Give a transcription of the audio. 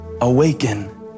Awaken